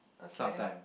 sometime